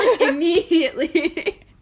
Immediately